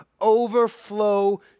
overflow